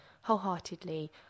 wholeheartedly